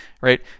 Right